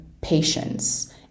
patience